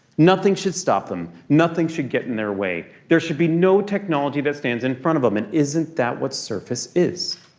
nothing should stop them. nothing should get in their way. there should be no technology that stands in front of them. and isn't that what surface is?